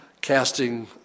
casting